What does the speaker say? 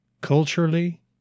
Culturally